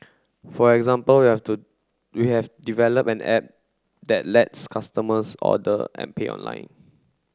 for example we have to we have developed an app that lets customers order and pay online